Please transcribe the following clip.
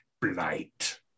Blight